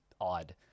odd